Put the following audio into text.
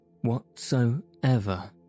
whatsoever